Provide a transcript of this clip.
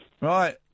Right